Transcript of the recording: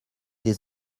des